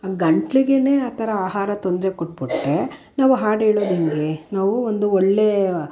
ಆ ಗಂಟ್ಲಿಗೆ ಆ ಥರ ಆಹಾರ ತೊಂದರೆ ಕೊಟ್ಟುಬಿಟ್ರೆ ನಾವು ಹಾಡ್ಹೇಳೋದೆಂಗೆ ನಾವು ಒಂದು ಒಳ್ಳೆಯ